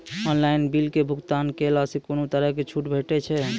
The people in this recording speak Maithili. ऑनलाइन बिलक भुगतान केलासॅ कुनू तरहक छूट भेटै छै?